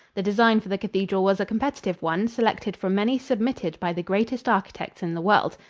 the design for the cathedral was a competitive one selected from many submitted by the greatest architects in the world.